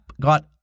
got